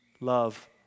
love